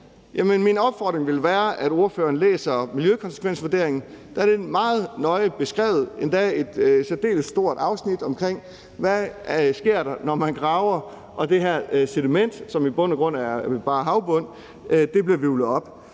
Min opfordring vil være, at ordføreren læser miljøkonsekvensvurderingen, da det er meget nøje beskrevet, endda i et særdeles langt afsnit, hvad der sker, når man graver og det her sediment, som i bund og grund bare er havbund, bliver hvirvlet op.